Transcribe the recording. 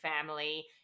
family